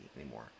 anymore